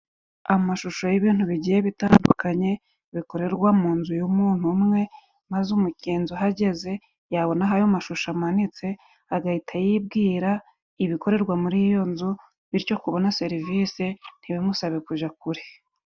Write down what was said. Amashusho y'ibintu bigiye bitandukanye bikorerwa mu nzu y'umuntu umwe, maze umugenzi uhageze yabona aho ayo mashusho amanitse, agahita yibwira ibikorerwa muri iyo nzu. Bityo, kubona serivise ntibimusabe kuja kure.